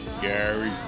Gary